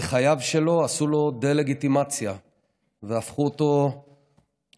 בחייו שלו עשו לו דה-לגיטימציה והפכו אותו למוקצה.